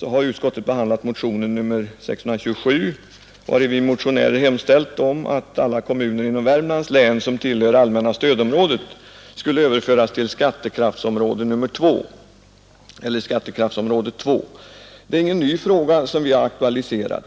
har utskottet behandlat motionen 627, vari vi motionärer hemställt att alla kommuner inom Värmlands län som tillhör allmänna stödområdet överföres till skattekraftsområde 2. Det är ingen ny fråga som vi har aktualiserat.